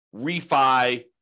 refi